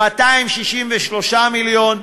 263 מיליון,